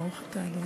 בבקשה, גברתי.